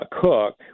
cook